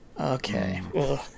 Okay